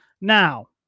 Now